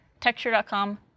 Texture.com